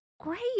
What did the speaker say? Great